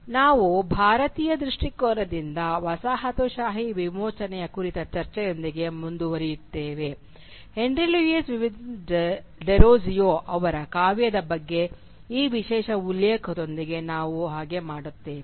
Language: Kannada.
ಇಂದು ನಾವು ಭಾರತೀಯ ದೃಷ್ಟಿಕೋನದಿಂದ ವಸಾಹತುಶಾಹಿ ವಿಮೋಚನೆಯ ಕುರಿತ ಚರ್ಚೆಯೊಂದಿಗೆ ಮುಂದುವರಿಯುತ್ತೇವೆ ಹೆನ್ರಿ ಲೂಯಿಸ್ ವಿವಿಯನ್ ಡೆರೋಜಿಯೊ ಅವರ ಕಾವ್ಯದ ಬಗ್ಗೆ ವಿಶೇಷ ಉಲ್ಲೇಖದೊಂದಿಗೆ ನಾವು ಹಾಗೆ ಮಾಡುತ್ತೇವೆ